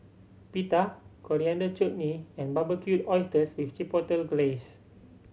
Pita Coriander Chutney and Barbecued Oysters with Chipotle Glaze